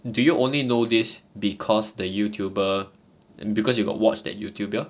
do you only know this because the youtuber because you got watch that youtuber